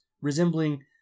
resembling